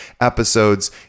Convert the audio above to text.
episodes